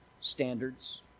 standards